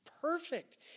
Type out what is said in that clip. Perfect